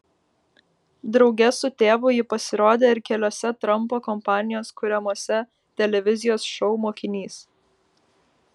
drauge su tėvu ji pasirodė ir keliuose trampo kompanijos kuriamuose televizijos šou mokinys